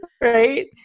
Right